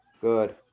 Good